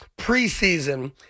preseason